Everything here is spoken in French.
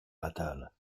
fatale